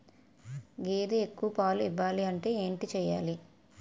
గేదె ఎక్కువ పాలు ఇవ్వాలంటే ఏంటి చెయాలి?